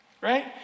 Right